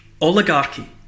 oligarchy